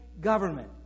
government